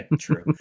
True